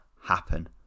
happen